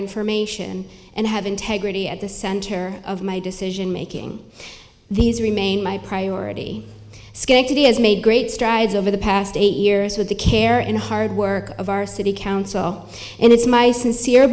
information and have integrity at the center of my decision making these remain my priority skanks he has made great strides over the past eight years with the care and hard work of our city council and it's my sincere